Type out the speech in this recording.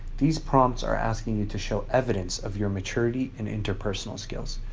these prompts are asking you to show evidence of your maturity and interpersonal skills.